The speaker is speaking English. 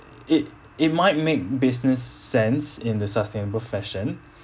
it it might make business sense in the sustainable fashion